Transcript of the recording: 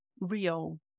real